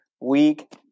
Week